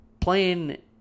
Playing